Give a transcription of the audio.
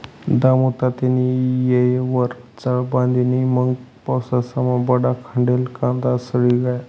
दामुतात्यानी येयवर चाळ बांधी नै मंग पाऊसमा बठा खांडेल कांदा सडी गया